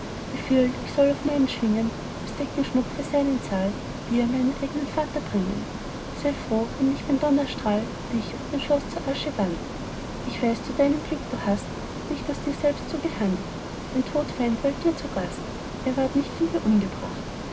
ich soll auf meinen schwingen als deckenschmuck für seinen saal dir meinen eignen vater bringen sei froh wenn nicht mein donnerstrahl dich und dein schloß in asche wandelt ich weiß zu deinem glück du hast nicht aus dir selber so gehandelt dein todfeind weilt bei dir zu gast er ward nicht von dir umgebracht